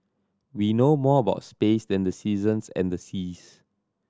we know more about space than the seasons and the seas